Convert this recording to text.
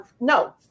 no